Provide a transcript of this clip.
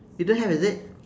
you don't have is it